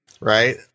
right